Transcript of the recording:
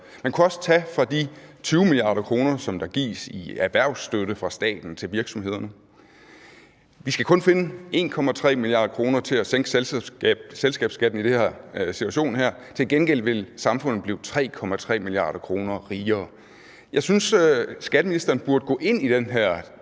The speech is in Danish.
Man kunne også tage fra de 20 mia. kr., der gives i erhvervsstøtte fra staten til virksomhederne. Vi skal kun finde 1,3 mia. kr. til at sænke selskabsskatten i den her situation, til gengæld vil samfundet blive 3,3 mia. kr. rigere. Jeg synes, skatteministeren burde gå ind i den